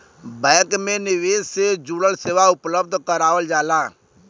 bank में निवेश से जुड़ल सेवा उपलब्ध करावल जाला